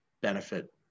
benefit